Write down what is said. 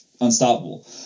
unstoppable